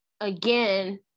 again